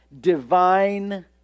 divine